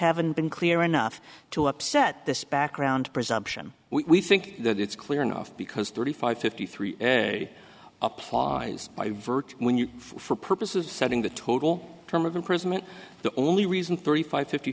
haven't been clear enough to upset this background presumption we think that it's clear enough because thirty five fifty three applause when you for purposes of setting the total term of imprisonment the only reason thirty five fifty